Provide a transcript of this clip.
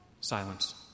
silence